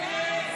הסתייגות